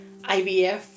IVF